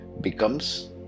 becomes